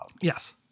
yes